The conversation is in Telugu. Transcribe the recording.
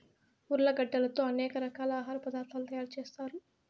ఉర్లగడ్డలతో అనేక రకాల ఆహార పదార్థాలు తయారు చేత్తారు